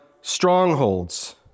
strongholds